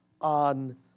on